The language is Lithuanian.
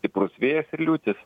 stiprus vėjas ir liūtis